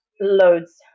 loads